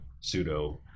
pseudo